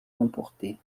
remporté